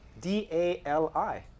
D-A-L-I